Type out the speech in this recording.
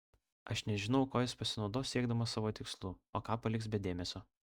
aš nežinau kuo jis pasinaudos siekdamas savo tikslų o ką paliks be dėmesio